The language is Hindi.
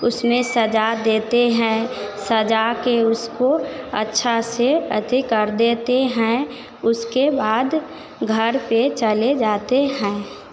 उसमें सजा देते हैं सजाकर उसको अच्छा से अति कर देते हैं उसके बाद घर पर चले जाते हैं